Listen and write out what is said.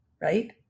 right